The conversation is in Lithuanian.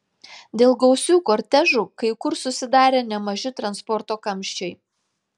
dėl gausių kortežų kai kur susidarė nemaži transporto kamščiai